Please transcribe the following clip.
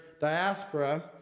diaspora